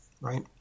Right